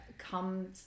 Come